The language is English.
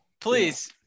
Please